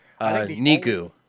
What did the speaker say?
Niku